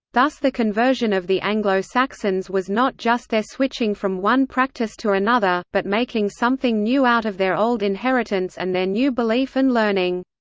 thus the conversion of the anglo-saxons was not just their switching from one practice to another, but making something new out of their old inheritance and their new belief and learning.